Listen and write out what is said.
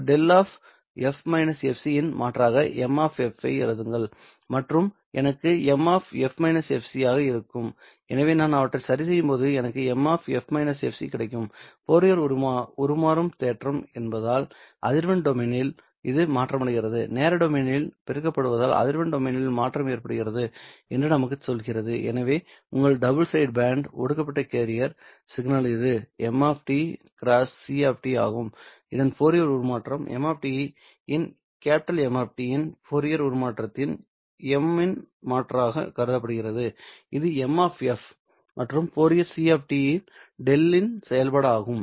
𝛿 இதன் மாற்றாக M ஐ எழுதுங்கள் அது எனக்கு M ஆக இருக்கும் எனவே நான் அவற்றைச் சரிசெய்யும்போது எனக்கு M கிடைக்கும் ஃபோரியர் உருமாறும் தேற்றம் இருப்பதால் அதிர்வெண் டொமைன்னில் இது மாற்றமடைகிறது நேர டொமைன்னில் பெருக்கப்படுவதால் அதிர்வெண் டொமைன்னில் மாற்றம் ஏற்படுகிறது என்று இது நமக்குச் சொல்கிறது எனவே உங்கள் டபுள் சைடு பேண்ட் ஒடுக்கப்பட்ட கேரியர் சிக்னல் இது m x c ஆகும் இதன் ஃபோரியர் உருமாற்றம் m இன் M இன் ஃபோரியர் உருமாற்றத்தின் m இன் மாற்றமாக கருதப்படுகிறது இது M மற்றும் ஃபோரியர் c இது 𝛿 வின் செயல்பாடு ஆகும்